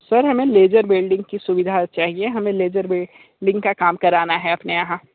sir हमें laser welding की सुविधा चाहिए हमें लेज़र वेल्डिंग का काम कराना है अपने यहाँ